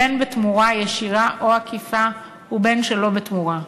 בין בתמורה, ישירה או עקיפה, ובין שלא בתמורה.